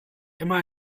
immer